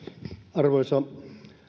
arvoisa